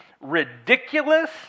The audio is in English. ridiculous